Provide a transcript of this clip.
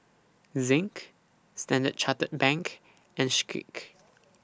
Zinc Standard Chartered Bank and Schick